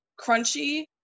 crunchy